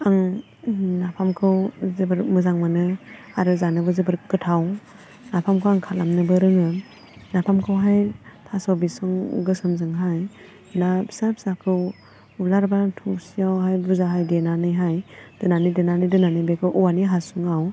आं नाफामखौ जोबोर मोजां मोनो आरो जानोबो जोबोर गोथाव नाफामखौ आं खालामनोबो रोङो नाफामखौहाय थास' बिसं गोसोमजोंहाय ना फिसा फिसाखौ उलार बा थौसियावहाय बुरजाहाय देनानैहाय दोनानै दोनानै दोनानै बेखौ औवानि हासुङाव